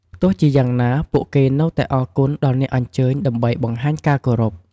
ទោះជាយ៉ាងណា ពួកគេនៅតែអរគុណដល់អ្នកអញ្ជើញដើម្បីបង្ហាញការគោរព។